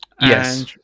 Yes